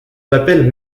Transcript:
m’appelle